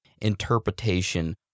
interpretation